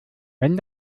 wenn